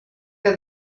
que